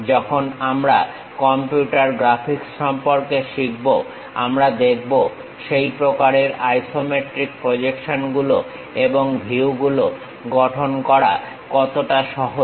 যখন আমরা computer graphics সম্পর্কে শিখব আমরা দেখব সেই প্রকারের আইসোমেট্রিক প্রজেকশনগুলো এবং ভিউগুলো গঠন করা কতটা সহজ